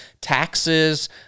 taxes